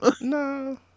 No